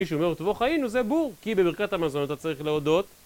מישהו אומר, טובו חיינו, זה בור, כי בברכת המזון אתה צריך להודות...